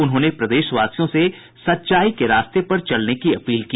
उन्होंने प्रदेशवासियों से सच्चाई के रास्ते पर चलने की अपील की